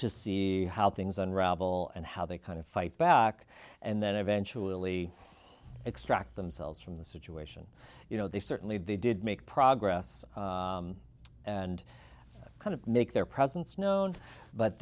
to see how things unravel and how they kind of fight back and then eventually extract themselves from the situation you know they certainly they did make progress and kind of make their presence known but